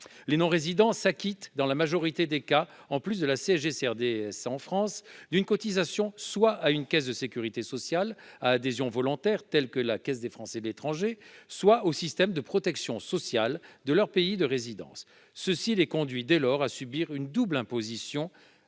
Les non-résidents s'acquittent dans la majorité des cas, en plus de la CSG-CRDS due en France, d'une cotisation soit à une caisse de sécurité sociale à adhésion volontaire telle que la Caisse des Français de l'étranger (CFE), soit au système de protection sociale de leur pays de résidence. Ainsi subissent-ils une double imposition